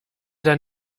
dann